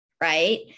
right